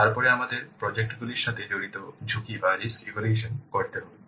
তারপরে আমাদের প্রজেক্ট গুলির সাথে জড়িত ঝুঁকি ইভ্যালুয়েশন করতে হবে